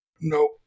Nope